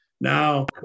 Now